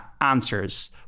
answers